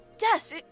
yes